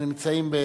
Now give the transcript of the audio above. הם נמצאים,